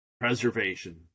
preservation